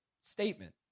statement